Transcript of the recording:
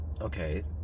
Okay